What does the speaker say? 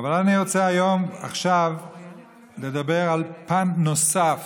אבל אני רוצה עכשיו לדבר על פן נוסף,